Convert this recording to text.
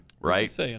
Right